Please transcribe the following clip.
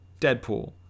Deadpool